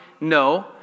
No